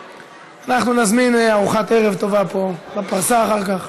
אנחנו נזמין ארוחת ערב טובה פה, בפרסה, אחר כך.